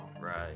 Right